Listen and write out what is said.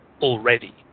already